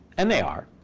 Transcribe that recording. and they are,